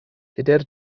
tudur